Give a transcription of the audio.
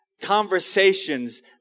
conversations